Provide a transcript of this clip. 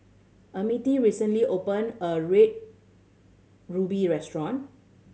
Emmitt recently opened a Red Ruby restaurant